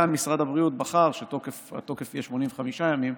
כאן משרד הבריאות בחר שהתוקף יהיה 85 ימים,